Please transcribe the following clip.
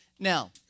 Now